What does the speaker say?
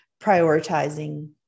prioritizing